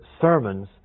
sermons